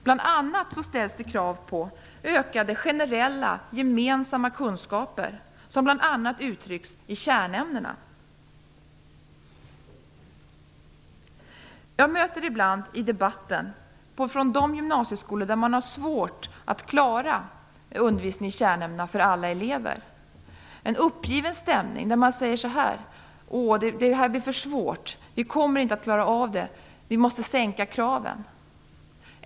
Exempelvis ställs det krav på ökade generella gemensamma kunskaper som bl.a. uttrycks i fråga om kärnämnena. Ibland möter jag en uppgiven stämning i debatten på de gymnasieskolor där det är svårt att klara undervisning i kärnämnena för alla elever. Man säger: Det här blir för svårt. Vi kommer inte att klara av det. Vi måste sänka kraven.